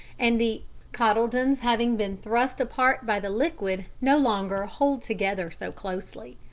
and the cotyledons having been thrust apart by the liquid, no longer hold together so closely.